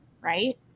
right